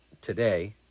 today